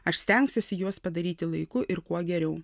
aš stengsiuosi juos padaryti laiku ir kuo geriau